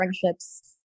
friendships